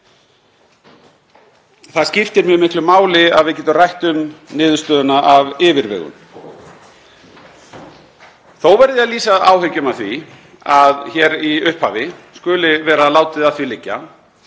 Það skiptir mjög miklu máli að við getum rætt um niðurstöðuna af yfirvegun. Ég verð þó að lýsa áhyggjum af því að hér í upphafi skuli vera látið að því liggja